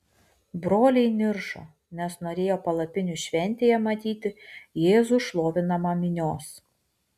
broliai niršo nes norėjo palapinių šventėje matyti jėzų šlovinamą minios